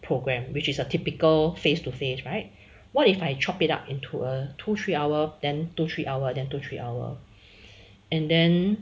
program which is a typical face to face right what if I chop it up into a two three hour than two three hour than two three hour and then